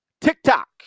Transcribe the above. TikTok